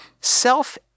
Self